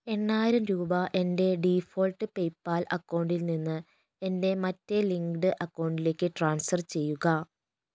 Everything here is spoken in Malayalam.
എണ്ണായിരം രൂപ എൻ്റെ ഡീഫോൾട്ട് പേയ്പാൽ അക്കൗണ്ടിൽ നിന്ന് എൻ്റെ മറ്റേ ലിങ്ക്ഡ് അക്കൗണ്ടിലേക്ക് ട്രാൻസ്ഫർ ചെയ്യുക